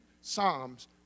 Psalms